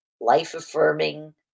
life-affirming